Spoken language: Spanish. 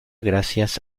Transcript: gracias